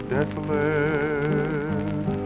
desolate